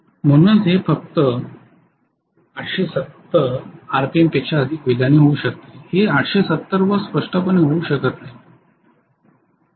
म्हणूनच हे फक्त 870 आरपीएमपेक्षा अधिक वेगाने होऊ शकते हे 870 वर स्पष्टपणे होऊ शकत नाही